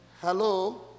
Hello